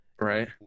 right